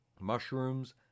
mushrooms